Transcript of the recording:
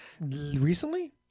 Recently